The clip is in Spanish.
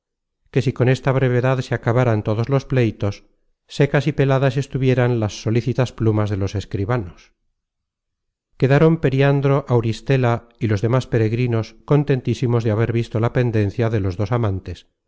que si con esta brevedad se acabaran todos los pleitos secas y peladas estuvieran las solícitas plumas de los escribanos quedaron periandro auristela y los demas peregrinos contentísimos de haber visto la pendencia de los dos amantes